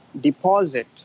deposit